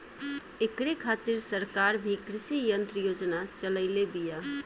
ऐकरे खातिर सरकार भी कृषी यंत्र योजना चलइले बिया